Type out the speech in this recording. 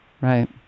Right